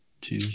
two